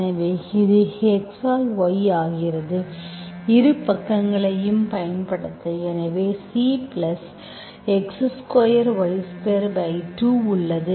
எனவே இது x ஆல் y ஆகிறது இரு பக்கங்களையும் பயன்படுத்த எனவே Cx2y22 உள்ளது